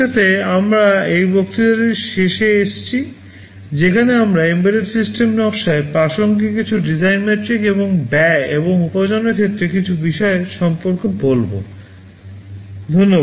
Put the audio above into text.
এটির সাথে আমরা এই বক্তৃতাটির শেষে এসেছি যেখানে আমরা এম্বেডেড সিস্টেমের নকশায় প্রাসঙ্গিক কিছু ডিজাইন মেট্রিক এবং ব্যয় এবং উপার্জনের ক্ষেত্রে কিছু বিষয় সম্পর্কে বললাম